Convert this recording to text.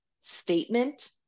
statement